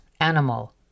animal